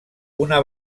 una